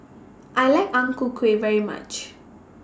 I like Ang Ku Kueh very much